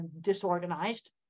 disorganized